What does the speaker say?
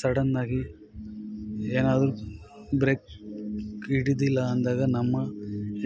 ಸಡನ್ನಾಗಿ ಏನಾದ್ರೂ ಬ್ರೇಕ್ ಹಿಡಿದಿಲ್ಲ ಅಂದಾಗ ನಮ್ಮ